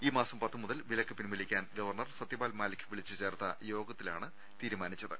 ഈ മാസം പത്ത്മുതൽ വിലക്ക് പിൻവലിക്കാൻ ഗവർണർ സത്യപാൽ മാലിക് വിളിച്ചു ചേർത്ത യോഗത്തിലാണ് തീരുമാനിച്ചത്